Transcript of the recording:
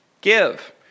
Give